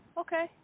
Okay